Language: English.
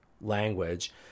language